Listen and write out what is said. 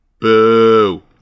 Boo